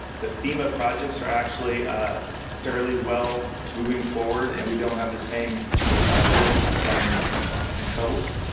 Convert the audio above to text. the fema projects are actually fairly well moving forward and we don't have the same risks and and troubles.